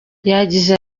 yagize